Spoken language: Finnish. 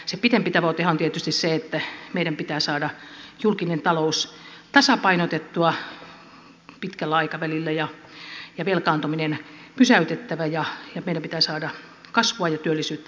se pitempi tavoitehan on tietysti se että meidän pitää saada julkinen talous tasapainotettua pitkällä aikavälillä ja velkaantuminen on pysäytettävä ja meidän pitää saada kasvua ja työllisyyttä aikaiseksi